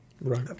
Right